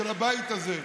של הבית הזה,